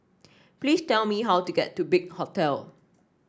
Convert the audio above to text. please tell me how to get to Big Hotel